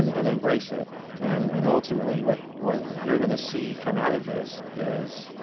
um and embrace it and and ultimately what what you're going to see come out of this is